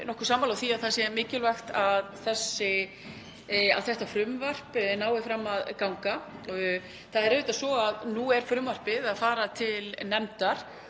nokkuð sammála því að það sé mikilvægt að þetta frumvarp nái fram að ganga. Nú er frumvarpið að fara til nefndar